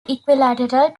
equilateral